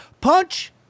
PUNCH